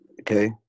Okay